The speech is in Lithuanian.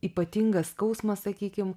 ypatingas skausmas sakykim